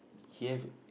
he have